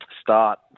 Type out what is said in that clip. start